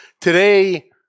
Today